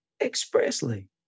expressly